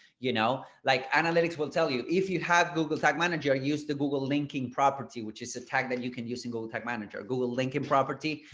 you know, like analytics will tell you if you have google tag manager, use the google linking property, which is a tag that you can use in google tag manager, google lincoln property.